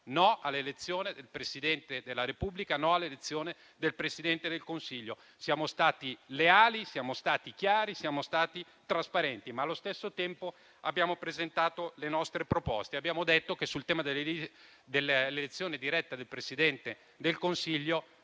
no all'elezione diretta del Presidente della Repubblica, no all'elezione diretta del Presidente del Consiglio. Siamo stati leali, chiari e trasparenti, ma allo stesso tempo abbiamo presentato le nostre proposte e abbiamo detto che sul tema dell'elezione diretta del Presidente del Consiglio